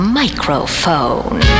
microphone